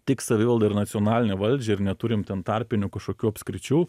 tik savivaldą ir nacionalinę valdžią ir neturim ten tarpinių kažkokių apskričių